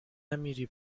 نمیری